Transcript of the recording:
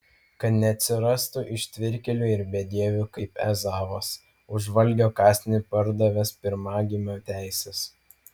kad neatsirastų ištvirkėlių ir bedievių kaip ezavas už valgio kąsnį pardavęs pirmagimio teises